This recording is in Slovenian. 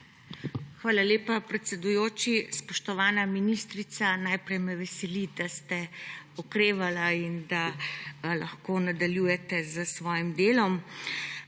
Hvala lepa, predsedujoči. Spoštovana ministrica! Najprej me veseli, da ste okrevali in da lahko nadaljujete s svojim delom.